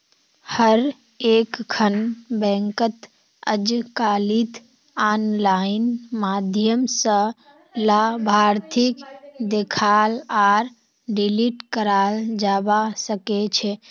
हर एकखन बैंकत अजकालित आनलाइन माध्यम स लाभार्थीक देखाल आर डिलीट कराल जाबा सकेछे